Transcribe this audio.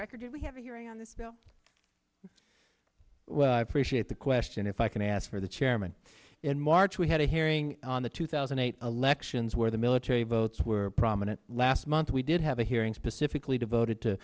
record we have a hearing on this bill well i appreciate the question if i can ask for the chairman in march we had a hearing on the two thousand and eight elections where the military votes were prominent last month we did have a hearing specifically devoted to